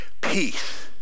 peace